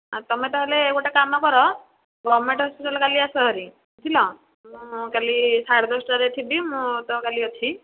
ଆଉ ତୁମେ ତା'ହେଲେ ଗୋଟେ କାମ କର ଗଭର୍ଣ୍ଣମେଣ୍ଟ୍ ହସ୍ପିଟାଲ୍ କାଲି ଆସ ଭାରି ବୁଝିଲ ମୁଁ କାଲି ସାଢେ ଦଶଟାରେ ଥିବି ମୁଁ ତ କାଲି ଅଛି